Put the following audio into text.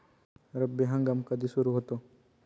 रब्बी हंगाम कधी सुरू होतो?